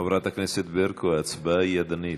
חברת הכנסת ברקו, ההצבעה היא ידנית.